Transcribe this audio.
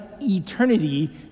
eternity